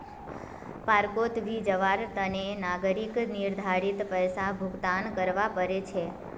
पार्कोंत भी जवार तने नागरिकक निर्धारित पैसा भुक्तान करवा पड़ छे